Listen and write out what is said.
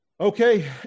Okay